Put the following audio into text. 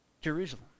Jerusalem